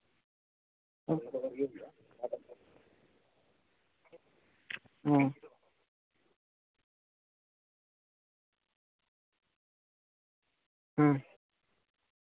ᱚ ᱦᱩᱸ